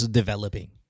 developing